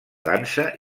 dansa